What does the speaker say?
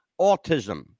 autism